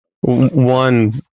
One